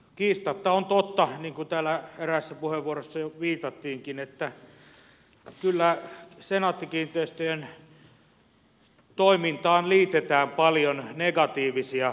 kiistatta on totta niin kuin täällä eräässä puheenvuorossa jo viitattiinkin että kyllä senaatti kiinteistöjen toimintaan liitetään paljon negatiivisia adjektiiveja